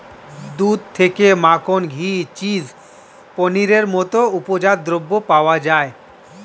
দুধ থেকে মাখন, ঘি, চিজ, পনিরের মতো উপজাত দ্রব্য পাওয়া যায়